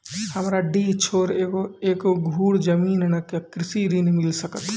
हमरा डीह छोर एको धुर जमीन न या कृषि ऋण मिल सकत?